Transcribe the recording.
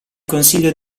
consiglio